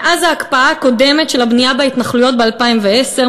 מאז ההקפאה הקודמת של הבנייה בהתנחלויות ב-2010,